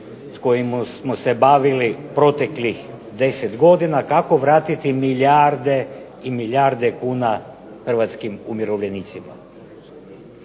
kojim smo se bavili proteklih 10 godina kako vratiti milijarde i milijarde kuna hrvatskim umirovljenicima.